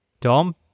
Dom